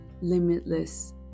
limitless